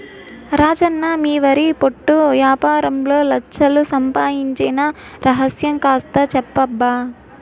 రాజన్న మీ వరి పొట్టు యాపారంలో లచ్ఛలు సంపాయించిన రహస్యం కాస్త చెప్పబ్బా